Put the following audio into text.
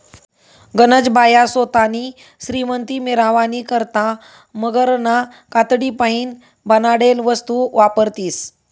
गनज बाया सोतानी श्रीमंती मिरावानी करता मगरना कातडीपाईन बनाडेल वस्तू वापरतीस